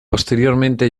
posteriormente